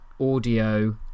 ...audio